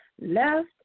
left